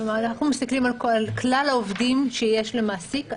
אנחנו מסתכלים על כלל העובדים שיש למעסיק.